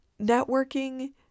networking